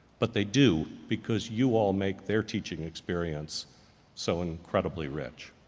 but they do, because you all make their teaching experience so incredibly rich.